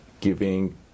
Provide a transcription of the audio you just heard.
giving